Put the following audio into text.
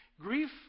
Grief